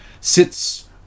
sits